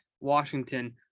Washington